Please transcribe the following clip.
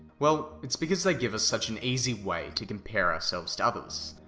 well, it's because they give us such an easy way to compare ourselves to others.